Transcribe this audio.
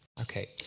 Okay